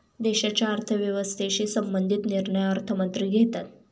देशाच्या अर्थव्यवस्थेशी संबंधित निर्णय अर्थमंत्री घेतात